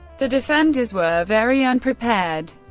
the defenders were very unprepared.